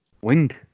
wind